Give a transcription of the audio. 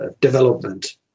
development